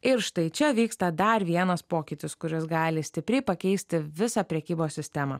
ir štai čia vyksta dar vienas pokytis kuris gali stipriai pakeisti visą prekybos sistemą